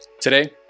Today